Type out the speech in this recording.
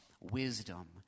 wisdom